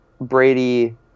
Brady